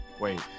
wait